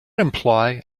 imply